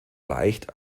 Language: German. leicht